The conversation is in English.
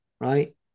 right